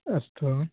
अस्तु